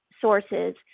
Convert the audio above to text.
sources